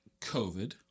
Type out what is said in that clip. COVID